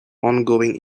ongoing